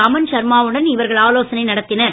அமன் ஷர்மாவுடன் இவர்கள் ஆலோசனை நடத்தினர்